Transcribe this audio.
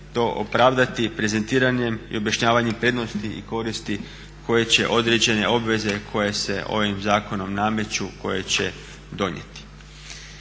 to opravdati prezentiranjem i objašnjavanjem prednosti i koristi koje će određene obveze koje se ovim zakonom nameću, koje će donijeti.